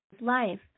life